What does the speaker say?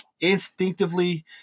instinctively